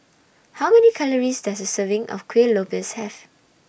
How Many Calories Does A Serving of Kueh Lopes Have